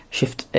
Shift